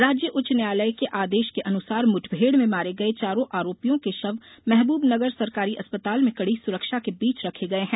राज्य उच्च न्यायालय के आदेश के अनुसार मुठभेड में मारे गये चारों आरोपियों के शव महबूबनगर सरकारी अस्पताल में कड़ी सुरक्षा के बीच रखे गये हैं